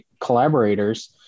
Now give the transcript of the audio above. collaborators